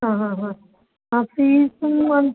ആ ആ ആ ആ ഫീസും